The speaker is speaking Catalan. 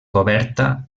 coberta